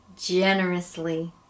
generously